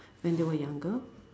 when they were younger